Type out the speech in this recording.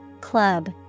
club